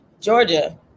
Georgia